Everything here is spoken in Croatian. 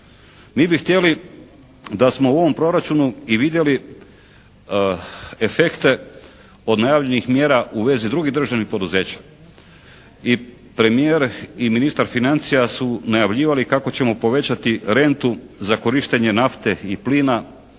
Mi bi htjeli da smo u ovom proračunu i vidjeli efekte od najavljenih mjera u vezi drugih državnih poduzeća i premijer i ministar financija su najavljivali kako ćemo povećati rentu za korištenje nafte i plina